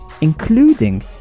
including